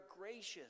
gracious